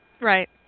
right